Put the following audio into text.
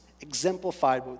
exemplified